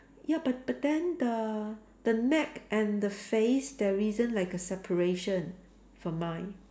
ya but but then the the neck and the face there isn't like a separation for mine